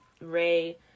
Ray